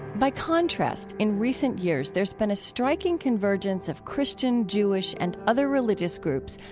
by contrast, in recent years there's been a striking convergence of christian, jewish and other religious groups,